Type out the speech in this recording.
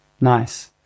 Nice